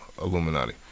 Illuminati